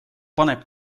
paneb